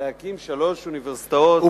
להקים שלוש אוניברסיטאות ערביות,